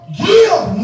give